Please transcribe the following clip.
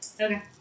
Okay